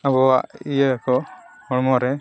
ᱟᱵᱚᱣᱟᱜ ᱤᱭᱟᱹ ᱠᱚ ᱦᱚᱲᱢᱚ ᱨᱮ